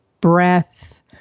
breath